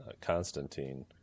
Constantine